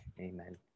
Amen